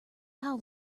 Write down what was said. how